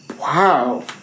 Wow